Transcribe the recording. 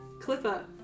Clipper